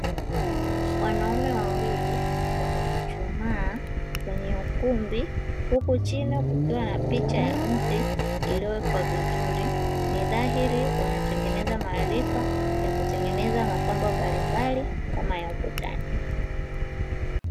Wanaume wawili wamechuchumaa kwenye ukumbi huku chini kukiwa na picha ya mti iliyowekwa vizuri, ni dhahiri wanatengeneza maarifa ya kutengeneza mapambo mbalimbali kama ya ukutani.